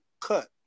cut